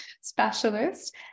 specialist